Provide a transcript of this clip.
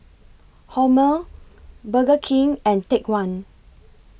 Hormel Burger King and Take one